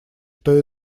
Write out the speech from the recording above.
что